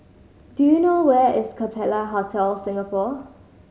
do you know where is Capella Hotel Singapore